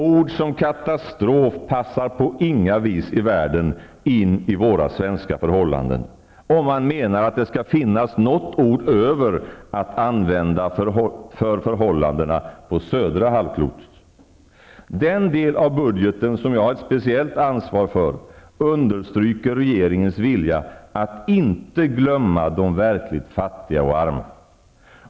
Ord som ''katastrof'' passar på inga vis i världen in på våra svenska förhållanden, om man menar att det skall finnas något ord över att använda för förhållandena på södra halvklotet. Den del av budgeten som jag har ett speciellt ansvar för understryker regeringens vilja att inte glömma de verkligt fattiga och arma.